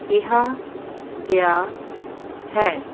ਕਿਹਾ ਗਿਆ ਹੈ